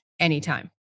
anytime